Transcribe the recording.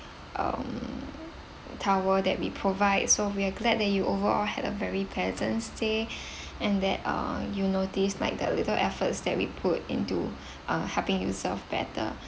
um towel that we provide so we're glad that you overall had a very pleasant stay and that uh you noticed like the little efforts that we put into uh helping you serve better